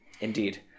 Indeed